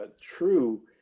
true